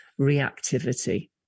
reactivity